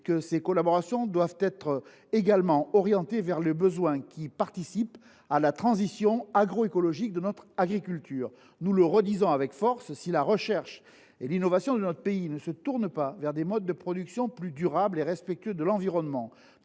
Ces collaborations devront être orientées vers les besoins en matière de transition agroécologique de notre agriculture. Nous y insistons fortement : si la recherche et l’innovation de notre pays ne se tournaient pas vers des modes de production plus durables et respectueux de l’environnement,